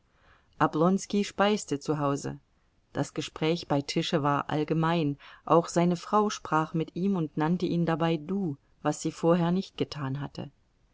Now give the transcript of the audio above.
oblonski speiste zu hause das gespräch bei tische war allgemein auch seine frau sprach mit ihm und nannte ihn dabei du was sie vorher nicht getan hatte